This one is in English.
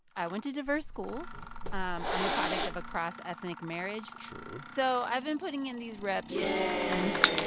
i went to diverse schools. um i'm the product of a cross-ethnic marriage true so i've been putting in these reps since,